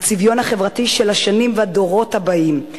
הצביון החברתי של השנים והדורות הבאים,